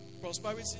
prosperity